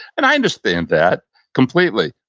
and i understand that completely.